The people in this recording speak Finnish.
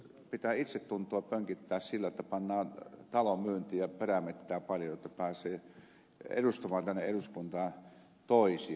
pitää itsetuntoa pönkittää sillä että pannaan talo myyntiin ja perämettää paljon jotta pääsee edustamaan tänne eduskuntaan toisia